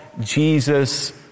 Jesus